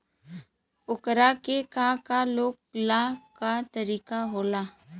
ओकरा के का का लागे ला का तरीका होला?